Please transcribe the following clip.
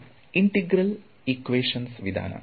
ಇದು integral equations ವಿಧಾನ